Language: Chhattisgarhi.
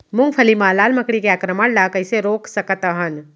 मूंगफली मा लाल मकड़ी के आक्रमण ला कइसे रोक सकत हन?